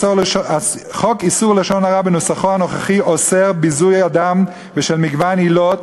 חוק איסור לשון הרע בנוסחו הנוכחי אוסר ביזוי אדם בשל מגוון עילות,